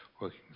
working